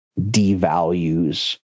devalues